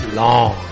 long